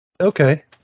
Okay